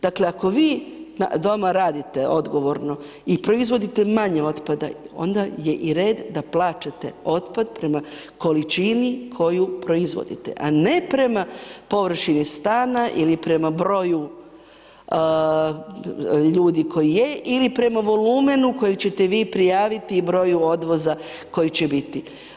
Dakle, ako vi doma radite odgovorno i proizvodite manje otpada, onda je i red da plaćate otpad prema količini koju proizvodite, a ne prema površini stana ili prema broju ljudi koji je, ili prema volumenu kojeg će te vi prijaviti i broju odvoza koji će biti.